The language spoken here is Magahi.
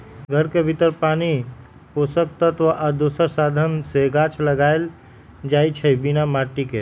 घर के भीतर पानी पोषक तत्व आ दोसर साधन से गाछ लगाएल जाइ छइ बिना माटिके